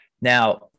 Now